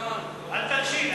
אל תלשין, אל תלשין.